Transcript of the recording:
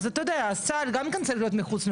אז אתה יודע צה"ל גם צריך להיות מחוץ.